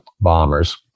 bombers